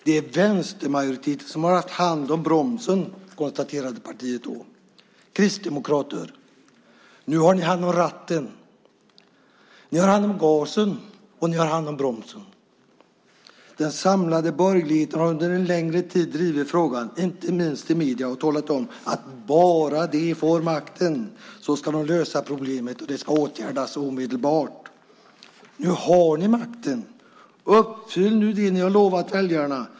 Det är vänstermajoriteten som har haft hand om bromsen, konstaterade partiet då. Kristdemokrater! Nu har ni hand om ratten. Ni har hand om gasen, och ni har hand om bromsen. Den samlade borgerligheten har under en längre tid drivit frågan, inte minst i medierna, och talat om att bara de får makten ska de lösa problemet. Det ska åtgärdas omedelbart. Nu har ni makten. Uppfyll nu det ni har lovat väljarna!